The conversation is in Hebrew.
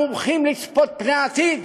מומחים לצפות פני העתיד,